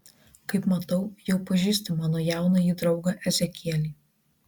kaip matau jau pažįsti mano jaunąjį draugą ezekielį